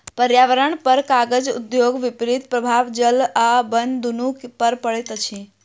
पर्यावरणपर कागज उद्योगक विपरीत प्रभाव जल आ बन दुनू पर पड़ैत अछि